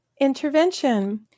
Intervention